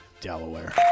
Delaware